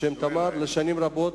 לשנים רבות,